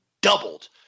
doubled